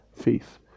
faith